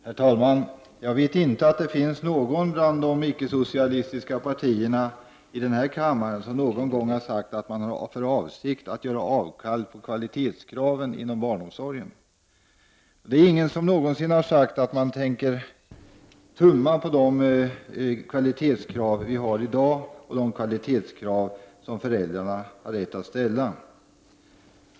Herr talman! Jag tror inte att det finns någon i de icke-socialistiska partierna i denna kammare som någon gång har sagt att man har för avsikt att göra avkall på kvalitetskraven i barnomsorgen. Det är ingen som någonsin har sagt att man tänker tumma på de kvalitetskrav som vi i dag har och de kvalitetskrav som föräldrarna har rätt att ställa.